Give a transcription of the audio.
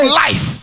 life